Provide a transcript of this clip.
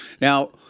Now-